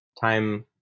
time